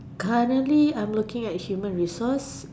currently I'm looking at human resource